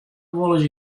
wolris